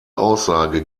aussage